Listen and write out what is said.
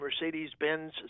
Mercedes-Benz